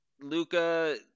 Luca